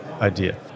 idea